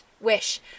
Wish